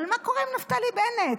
אבל מה קורה עם נפתלי בנט?